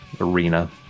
arena